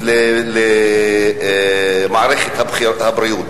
למערכת הבריאות.